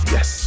Yes